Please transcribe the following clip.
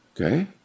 Okay